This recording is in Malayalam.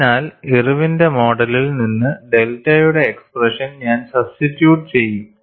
അതിനാൽ ഇർവിന്റെ മോഡലിൽ നിന്ന് ഡെൽറ്റയുടെ എക്സ്പ്രെഷൻ ഞാൻ സബ്സ്റ്റിട്യൂറ്റ് ചെയ്യും